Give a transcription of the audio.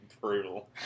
brutal